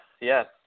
yes